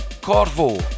Corvo